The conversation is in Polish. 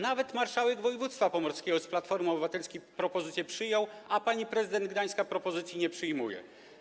Nawet marszałek województwa pomorskiego z Platformy Obywatelskiej przyjął propozycję, a pani prezydent Gdańska propozycji nie przyjmuje.